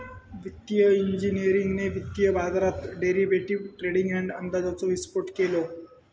वित्तिय इंजिनियरिंगने वित्तीय बाजारात डेरिवेटीव ट्रेडींग आणि अंदाजाचो विस्फोट केलो